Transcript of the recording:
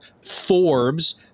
Forbes